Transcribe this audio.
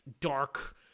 dark